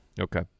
Okay